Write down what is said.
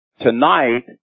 Tonight